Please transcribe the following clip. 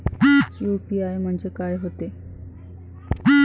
UPI म्हणजे का होते?